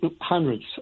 hundreds